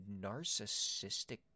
narcissistic